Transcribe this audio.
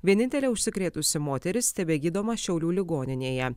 vienintelė užsikrėtusi moteris tebegydoma šiaulių ligoninėje